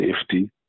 safety